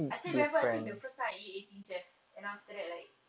I still remember I think the first time I eat eighteen chef and after that like